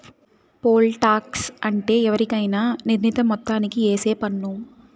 pole tax అంటే ఎవరికైనా నిర్ణీత మొత్తానికి ఏసే పన్ను